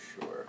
Sure